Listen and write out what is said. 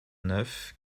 neuf